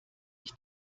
ich